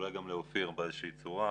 ואולי גם לאופיר באיזו צורה.